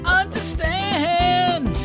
understand